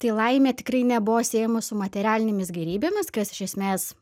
tai laimė tikrai nebuvo siejama su materialinėmis gėrybėmis kas iš esmės